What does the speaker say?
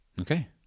Okay